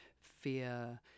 fear